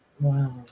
Wow